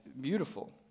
beautiful